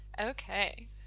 Okay